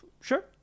Sure